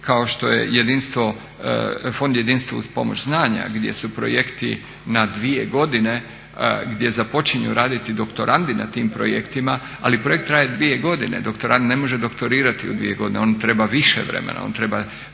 kao što je Fond jedinstvo uz pomoć znanja, gdje su projekti na 2 godine, gdje započinju raditi doktorandi na tim projektima. Ali projekt traje 2 godine, doktorand ne može doktorirati u 2 godine, on treba više vremena, on treba